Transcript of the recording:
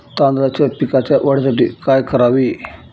तांदळाच्या पिकाच्या वाढीसाठी काय करावे?